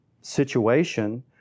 Situation